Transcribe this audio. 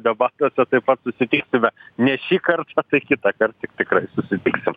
debatuose taip pat susitiksime ne šį kartą tai kitąkart tikrai susitiksim